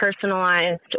personalized